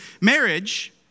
Marriage